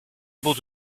able